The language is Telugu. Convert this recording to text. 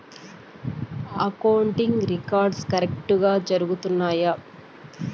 అకౌంటింగ్ రికార్డ్స్ కరెక్టుగా జరుగుతున్నాయా